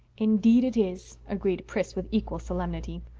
indeed it is, agreed pris with equal solemnity.